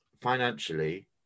financially